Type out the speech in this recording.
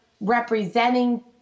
representing